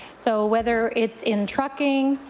so whether it's in trucking,